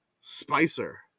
Spicer